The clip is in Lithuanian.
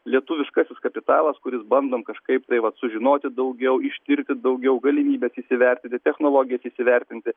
lietuviškasis kapitalas kuris bandom kažkaip tai vat sužinoti daugiau ištirti daugiau galimybes įsivertinti technologijas įsivertinti